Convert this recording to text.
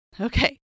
Okay